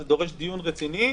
זה דורש דיון רציני.